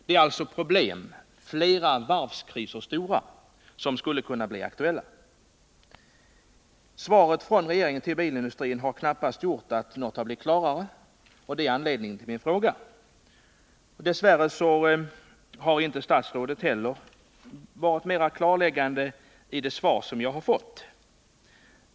Problem motsvarande flera stora varvskriser skulle alltså bli aktuella om här berörda bestämmelser infördes. Svaret från regeringen till bilindustrin har knappast gjort att något blivit klarare, och det är anledningen till min fråga. Dess värre har statsrådet inte heller varit mera klarläggande i det svar som jag har fått.